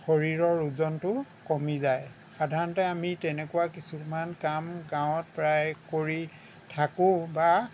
শৰীৰৰ ওজনটো কমি যায় সাধাৰণতে আমি তেনেকুৱা কিছুমান কাম গাঁৱত প্ৰায় কৰি থাকোঁ বা